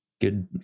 Good